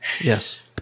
Yes